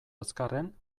azkarren